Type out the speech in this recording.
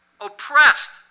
oppressed